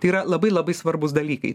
tai yra labai labai svarbūs dalykai